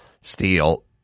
steel